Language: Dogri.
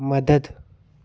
मदद